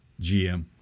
GM